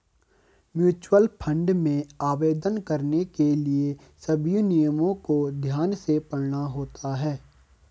mutual fund में आवेदन करने के लिए सभी नियमों को ध्यान से पढ़ना होता है